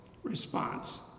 response